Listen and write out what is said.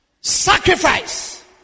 Sacrifice